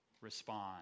respond